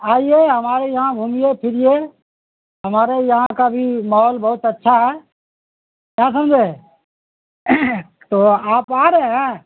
آئیے ہمارے یہاں گھومیے پھریے ہمارے یہاں کا بھی ماحول بہت اچھا ہے کیا سمجھے تو آپ آ رہے ہیں